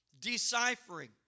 deciphering